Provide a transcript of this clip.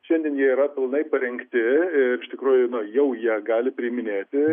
šiandien jie yra pilnai parengti ir iš tikrųjų nu jau jie gali priiminėti